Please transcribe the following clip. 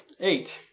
Eight